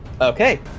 okay